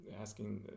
asking